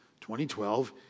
2012